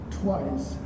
twice